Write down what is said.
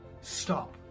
stop